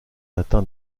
atteint